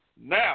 Now